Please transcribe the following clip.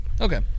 Okay